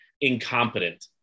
incompetent